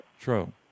True